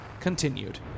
continued